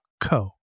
co